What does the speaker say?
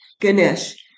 Ganesh